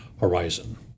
horizon